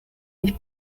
mich